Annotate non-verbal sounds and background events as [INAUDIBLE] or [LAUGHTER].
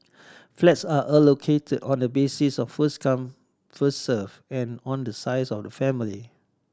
[NOISE] flats are allocated on the basis of first come first served and on the size of the family